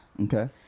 Okay